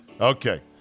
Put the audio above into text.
Okay